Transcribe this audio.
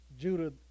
Judah